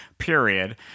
period